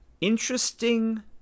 Interesting